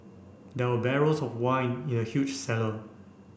there were barrels of wine in a huge cellar